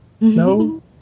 No